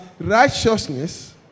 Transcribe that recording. righteousness